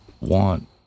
want